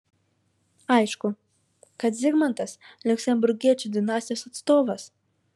aišku kad zigmantas liuksemburgiečių dinastijos atstovas